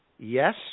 yes